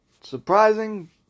surprising